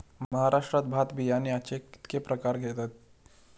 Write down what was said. महाराष्ट्रात भात बियाण्याचे कीतके प्रकार घेतत?